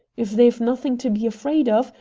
if they've nothing to be afraid of,